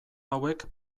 hauek